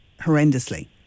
horrendously